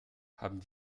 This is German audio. haben